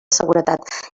seguretat